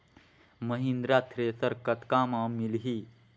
Mahindra thresher कतका म मिलही?